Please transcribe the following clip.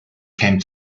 came